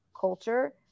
culture